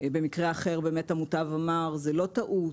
שבמקרה אחר המוטב אמר שזאת לא טעות.